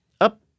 up